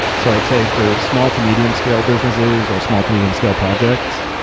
so i'd say for small to medium scale businesses or small to medium scale projects,